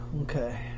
okay